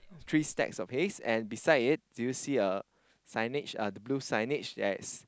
three stacks of hays and beside it do you see a signage uh the blue signage that's